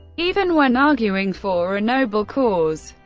even when arguing for a noble cause,